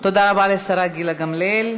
תודה רבה לשרה גילה גמליאל.